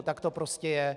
Tak to prostě je.